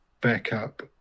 backup